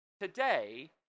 Today